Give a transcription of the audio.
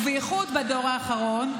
ובייחוד בדור האחרון,